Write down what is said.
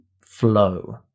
flow